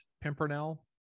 Pimpernel